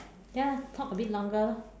ya lah talk a bit longer lah